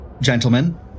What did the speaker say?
Gentlemen